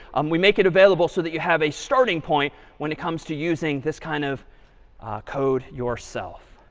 um we make it available so that you have a starting point when it comes to using this kind of code yourself.